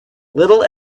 little